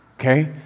okay